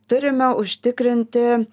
turime užtikrinti